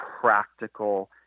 practical